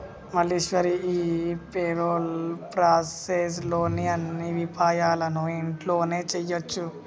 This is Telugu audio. మల్లీశ్వరి ఈ పెరోల్ ప్రాసెస్ లోని అన్ని విపాయాలను ఇంట్లోనే చేయొచ్చు